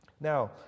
Now